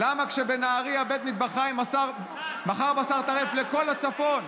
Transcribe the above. למה כשבנהריה בית מטבחיים מכר בשר טרף לכל הצפון,